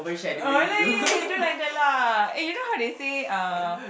don't like that lah eh you know how they say uh